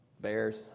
Bears